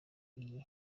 iyo